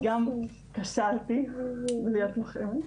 כי גם כשלתי להיות לוחמת.